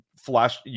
flash